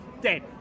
Dead